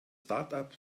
startup